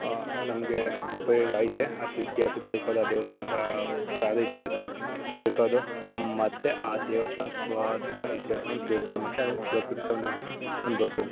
ನಮಗೆ ಉಪಯೋಗ ಆಯಿತೇ ಅದು ಇತಿಹಾಸ ತಿಳ್ಕೊಳ್ಳೋ ದೇವಸ್ಥಾನದ ಸ್ಥಳದ ಇತಿಹಾಸ ತಿಳ್ಕೊದು ಮತ್ತೆ ಆ ದೇವಸ್ಥಾನದ ಪುರಾತನ ಇತಿಹಾಸವನ್ನು ತಿಳ್ಕೊದು ಮತ್ತೆ ಅದರ ಪ್ರಕೃತಿ ಸೌಂದರ್ಯನ ಅನುಭವ್ಸೋದು